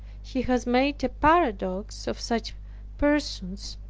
he has made a paradox of such persons,